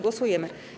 Głosujemy.